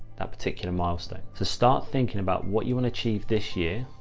that particular milestone. so start thinking about what you want achieve this year.